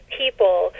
people